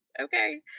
okay